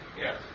Yes